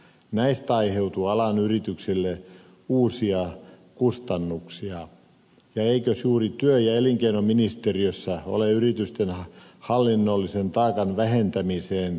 näistä aiheutuu alan yrityksille uusia kustannuksia ja eikös juuri työ ja elinkeinoministeriössä ole yritysten hallinnollisen taakan vähentämiseen kohdistuva hanke